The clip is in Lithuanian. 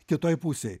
kitoj pusėj